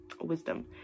wisdom